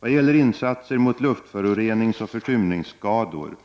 Vad gäller insatser mot luftföroreningsoch försurningsskador